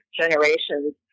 generations